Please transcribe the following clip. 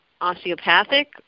osteopathic